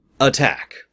Attack